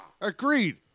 Agreed